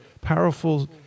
powerful